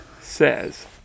says